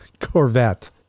Corvette